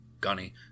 Gunny